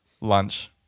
Lunch